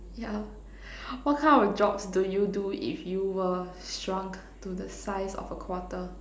ya what kind of jobs do you do if you were shrunk to the size of a quarter